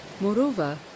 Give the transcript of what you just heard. Moreover